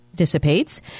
dissipates